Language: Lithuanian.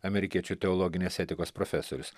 amerikiečių teologinės etikos profesorius